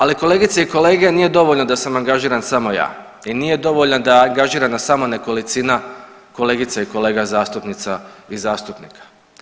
Ali kolegice i kolege nije dovoljno da sam angažiran samo ja i nije dovoljno da je angažirana samo nekolicina kolegica i kolega zastupnica i zastupnika.